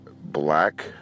black